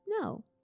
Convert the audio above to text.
No